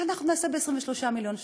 מה אנחנו נעשה ב-23 מיליון שקלים?